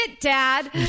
Dad